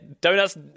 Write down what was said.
donuts